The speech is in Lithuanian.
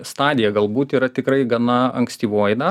stadija galbūt yra tikrai gana ankstyvoji na